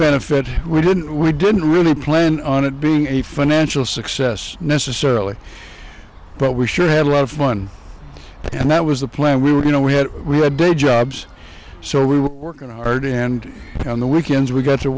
benefit we didn't we didn't really plan on it being a financial success necessarily but we sure had a lot of fun and that was the plan we were you know we had we had day jobs so we were working hard and on the weekends we got to